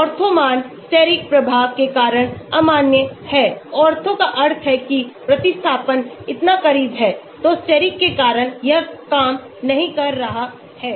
ortho मान steric प्रभाव के कारण अमान्य हैं ऑर्थो का अर्थ है कि प्रतिस्थापन इतना करीब है तो steric के कारण यह काम नहीं कर रहा है